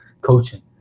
coaching